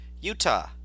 Utah